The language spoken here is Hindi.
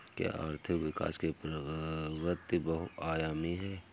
क्या आर्थिक विकास की प्रवृति बहुआयामी है?